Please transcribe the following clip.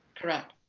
correct.